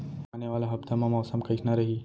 आने वाला हफ्ता मा मौसम कइसना रही?